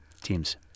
teams